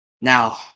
Now